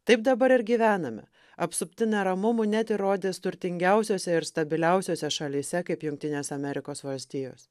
taip dabar ir gyvename apsupti neramumų net ir rodės turtingiausiose ir stabiliausiose šalyse kaip jungtinės amerikos valstijos